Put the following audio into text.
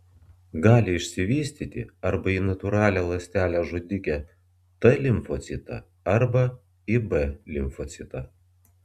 gali išsivystyti arba į natūralią ląstelę žudikę t limfocitą arba į b limfocitą